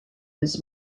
his